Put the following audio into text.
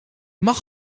mag